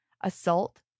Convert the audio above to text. assault